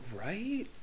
right